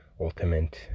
ultimate